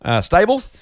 stable